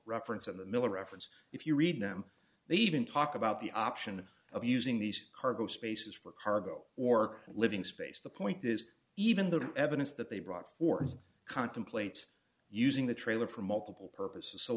reference in the miller reference if you read them they didn't talk about the option of using these cargo spaces for cargo or living space the point is even though the evidence that they brought or contemplates using the trailer for multiple purposes so